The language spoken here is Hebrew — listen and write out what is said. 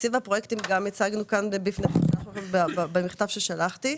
תקציב הפרויקטים גם הצגנו כאן בפניכם במכתב ששלחתי.